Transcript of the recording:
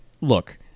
look